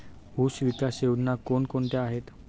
ऊसविकास योजना कोण कोणत्या आहेत?